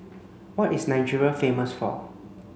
what is Nigeria famous for